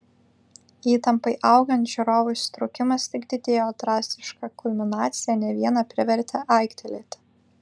įtampai augant žiūrovų įsitraukimas tik didėjo drastiška kulminacija ne vieną privertė aiktelėti